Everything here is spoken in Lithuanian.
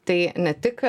tai ne tik